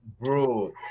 bro